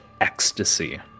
ecstasy